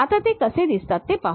आता ते कसे दिसतात ते पाहू